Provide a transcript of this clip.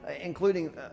including